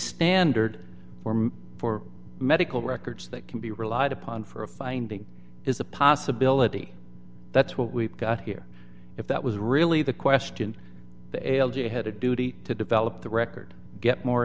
standard form for medical records that can be relied upon for a finding is a possibility that's what we've got here if that was really the question failed you had a duty to develop the record get more